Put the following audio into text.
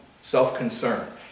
self-concern